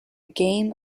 game